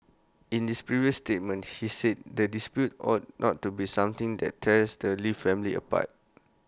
in this previous statement he said the dispute ought not to be something that tears the lee family apart